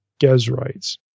Gezrites